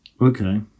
Okay